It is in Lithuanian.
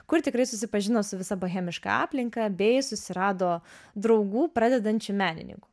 kur tikrai susipažino su visa bohemiška aplinka bei susirado draugų pradedančių menininkų